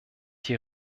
die